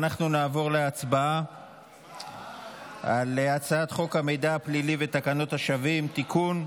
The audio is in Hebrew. אנחנו נעבור להצבעה על הצעת חוק המידע הפלילי ותקנת השבים (תיקון,